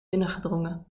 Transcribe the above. binnengedrongen